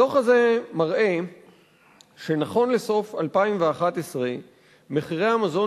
הדוח הזה מראה שנכון לסוף 2011 מחירי המזון